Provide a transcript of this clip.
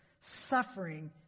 Suffering